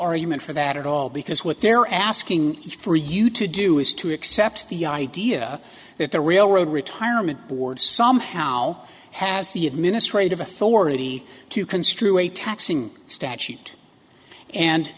argument for that at all because what they're asking for you to do is to accept the idea that the railroad retirement board somehow has the administrative authority to construe a taxing statute and